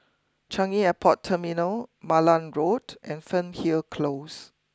Changi Airport Terminal Malan Road and Fernhill close